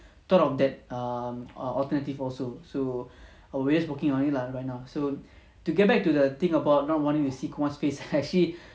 thought of that um alternative also so we just working on it lah right now so to get back to the thing about not wanting to see one's face actually